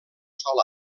sol